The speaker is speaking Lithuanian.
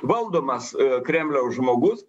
valdomas kremliaus žmogus